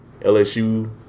LSU